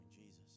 Jesus